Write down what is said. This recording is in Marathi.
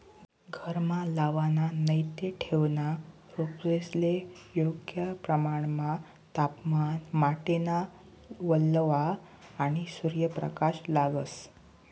घरमा लावाना नैते ठेवना रोपेस्ले योग्य प्रमाणमा तापमान, माटीना वल्लावा, आणि सूर्यप्रकाश लागस